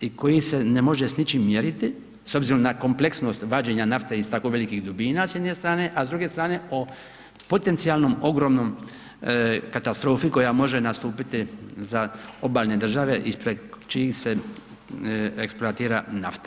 i koji se ne može s ničim mjeriti s obzirom na kompleksnost vađenja nafte iz tako velikih dubina s jedne strane, a s druge strane o potencijalnoj ogromnoj katastrofi koja može nastupiti za obalne države ispred čijih se eksploatira nafta.